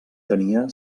tenia